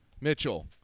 Mitchell